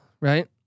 right